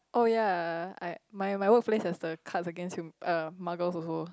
oh ya I my my workplace has the card against uh muggles also